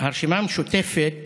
הרשימה המשותפת